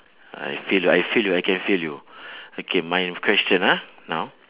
I feel ah I feel you I can feel you okay my question ah now